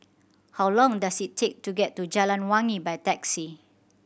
how long does it take to get to Jalan Wangi by taxi